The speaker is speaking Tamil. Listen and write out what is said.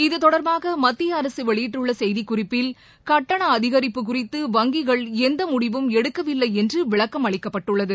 இதுதொடர்பாக மத்திய அரசு வெளியிட்டுள்ள செய்திக் குறிப்பில் கட்டண அதிகரிப்பு குறித்து வங்கிகள் எந்த முடிவும் எடுக்கவில்லை என்று விளக்கம் அளிக்கப்பட்டுள்ளது